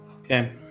Okay